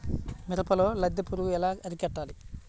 మిరపలో లద్దె పురుగు ఎలా అరికట్టాలి?